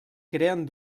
creen